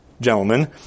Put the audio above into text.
gentlemen